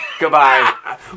Goodbye